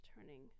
turning –